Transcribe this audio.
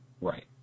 Right